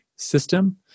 system